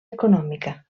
econòmica